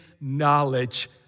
knowledge